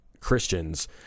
christians